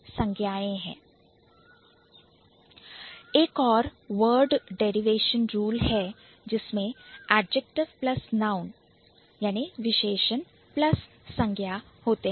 एक और Word Derivation Rule word derivation rule है जिसमें Adjective plus Noun adjective plus noun विशेषण प्लस संज्ञा होते हैं